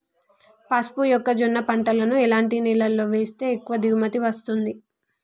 పసుపు మొక్క జొన్న పంటలను ఎలాంటి నేలలో వేస్తే ఎక్కువ దిగుమతి వస్తుంది?